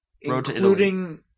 including